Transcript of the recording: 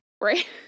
Right